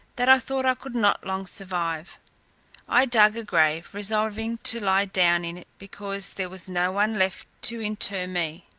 that i thought i could not long survive i dug a grave, resolving to lie down in it, because there was no one left to inter me.